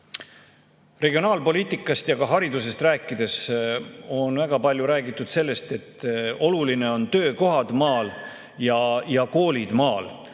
regionaalpoliitika ja ka hariduse [aruteludes] on väga palju räägitud sellest, et olulised on töökohad ja koolid maal.